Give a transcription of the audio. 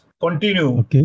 Continue